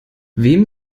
wem